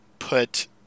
put